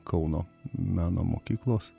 kauno meno mokyklos